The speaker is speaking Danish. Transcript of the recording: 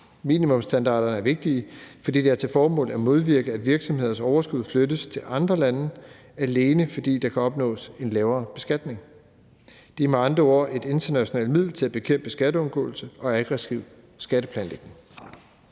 Minimumsstandarderne er vigtige, fordi de har til formål at modvirke, at virksomheders overskud flyttes til andre lande, alene fordi der kan opnås en lavere beskatning. De er med andre ord et internationalt middel til at bekæmpe skatteundgåelse og aggressiv skatteplanlægning.